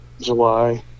July